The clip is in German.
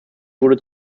wurde